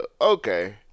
Okay